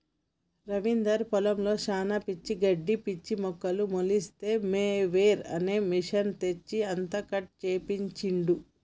రవీందర్ పొలంలో శానా పిచ్చి గడ్డి పిచ్చి మొక్కలు మొలిస్తే మొవెర్ అనే మెషిన్ తెప్పించి అంతా కట్ చేపించిండు